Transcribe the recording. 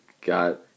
got